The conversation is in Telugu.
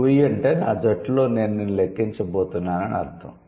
'వుయ్' అంటే నా జట్టులో నేను నిన్ను లెక్కించబోతున్నాను అని అర్ధం